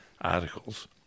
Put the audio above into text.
articles